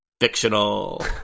fictional